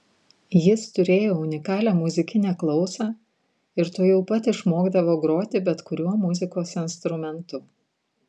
jis turėjo unikalią muzikinę klausą ir tuojau pat išmokdavo groti bet kuriuo muzikos instrumentu